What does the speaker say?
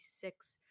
six